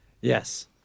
Yes